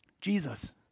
Jesus